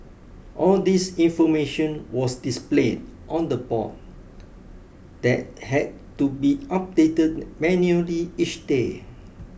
all this information was displayed on the board that had to be updated manually each day